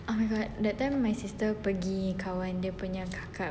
oh my god that time my sister pergi kawan dia punya kakak